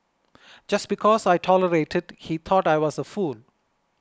just because I tolerated he thought I was a fool